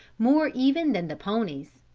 more even than the ponies.